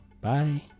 Bye